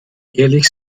ehrlich